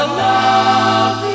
love